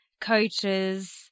coaches